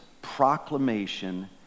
Proclamation